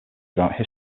throughout